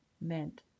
meant